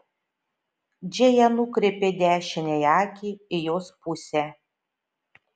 džėja nukreipė dešiniąją akį į jos pusę